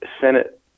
Senate